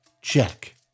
Check